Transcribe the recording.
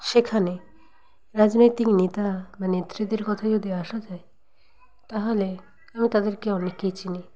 সেখানে রাজনৈতিক নেতা বা নেত্রীদের কথায় যদি আসা যায় তা হলে আমি তাদেরকে অনেককে চিনি